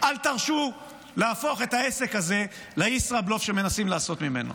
אל תרשו להפוך את העסק הזה לישראבלוף שמנסים לעשות ממנו.